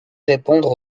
répondre